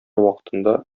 вакытында